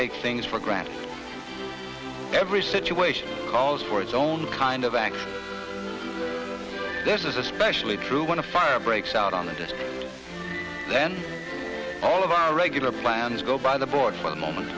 take things for granted every situation calls for its own kind of act this is especially true when a fire breaks out on and then all of our regular plans go by the board for the moment